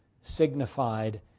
signified